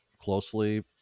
closely